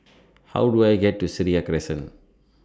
How Do I get to Seraya Crescent